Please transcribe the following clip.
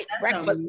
breakfast